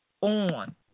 on